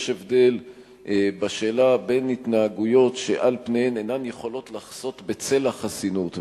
יש הבדל בשאלה בין התנהגויות שעל פניהן אינן יכולות לחסות בצל החסינות,